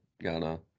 Ghana